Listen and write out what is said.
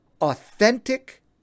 authentic